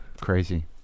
Crazy